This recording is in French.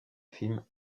film